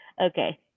Okay